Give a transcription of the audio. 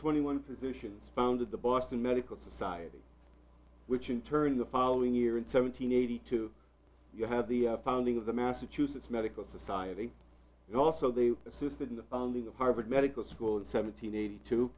twenty one physicians founded the boston medical society which in turn the following year in seventeen eighty two you have the founding of the massachusetts medical society and also they assisted in the funding of harvard medical school in seventeen eighty two